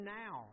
now